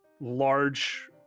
large